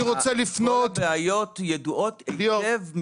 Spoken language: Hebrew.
אני רוצה לפנות --- כל הבעיות ידועות היטב,